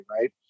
right